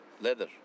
leather